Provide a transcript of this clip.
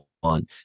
one